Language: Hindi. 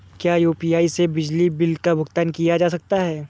क्या यू.पी.आई से बिजली बिल का भुगतान किया जा सकता है?